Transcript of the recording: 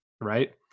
Right